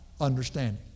understanding